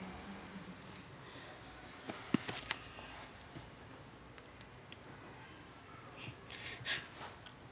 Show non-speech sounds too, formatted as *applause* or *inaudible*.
*noise*